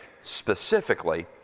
specifically